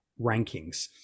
rankings